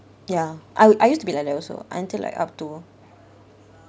ya I I used to be like that also until like up to